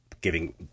giving